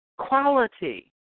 quality